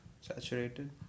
saturated